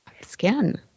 skin